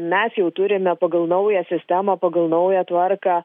mes jau turime pagal naują sistemą pagal naują tvarką